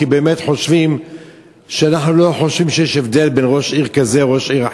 כי באמת לא חושבים שיש הבדל בין ראש עיר כזה לראש עיר אחר.